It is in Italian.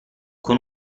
con